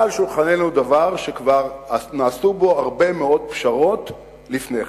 בא על שולחננו דבר שכבר נעשו בו הרבה מאוד פשרות לפני כן.